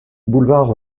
boulevard